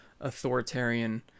authoritarian